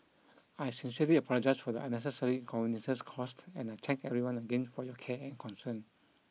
I sincerely apologise for the unnecessary inconveniences caused and I thank everyone again for your care and concern